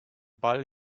ball